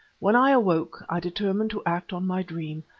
when i awoke i determined to act on my dream.